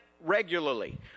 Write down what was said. regularly